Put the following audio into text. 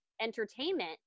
entertainment